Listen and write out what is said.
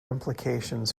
implications